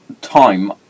time